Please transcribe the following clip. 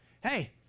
hey